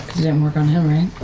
didn't work on him, right?